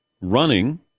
running